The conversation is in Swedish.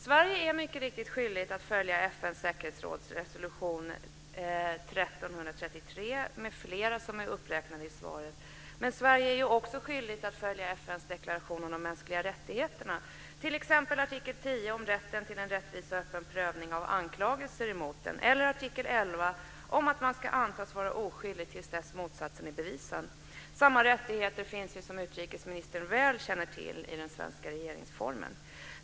Sverige är mycket riktigt skyldigt att följa FN:s säkerhetsråds resolution 1333 m.fl. som är uppräknade i svaret. Men Sverige är ju också skyldigt att följa artikel 10 om rätten till en rättvis och öppen prövning av anklagelser emot en eller artikel 11 om att man ska antas vara oskyldig tills dess motsatsen är bevisad. Samma rättigheter finns ju, som utrikesministern väl känner till, i den svenska regeringsformen.